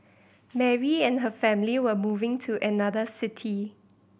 Mary and her family were moving to another city